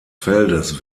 feldes